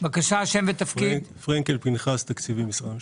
תסביר.